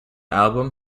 album